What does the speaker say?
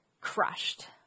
crushed